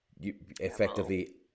Effectively